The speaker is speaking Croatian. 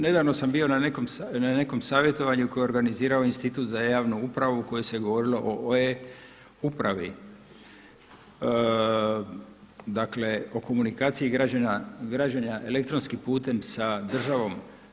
Nedavno sam bio na nekom savjetovanju koje je organizirao Institut za javnu upravu u kojoj se govorilo o e-upravi, dakle o komunikaciji građana elektronskim putem sa državom.